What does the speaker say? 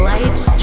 Lights